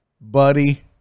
buddy